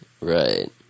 Right